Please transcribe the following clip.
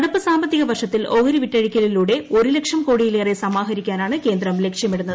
നടപ്പ് സാമ്പത്തിക വർഷത്തിൽ ഓഹരി വിറ്റഴിക്കലിലൂടെ ഒരു ലക്ഷം കോടിയിലേറെ സമാഹരിക്കാനാണ് കേന്ദ്രം ലക്ഷ്യമിടുന്നത്